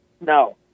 No